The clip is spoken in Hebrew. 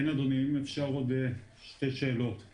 כן, אדוני, אם אפשר עוד שתי הערות.